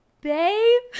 babe